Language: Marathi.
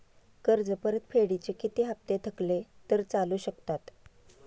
कर्ज परतफेडीचे किती हप्ते थकले तर चालू शकतात?